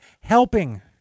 helping